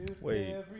Wait